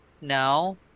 No